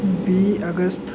बीह् अगस्त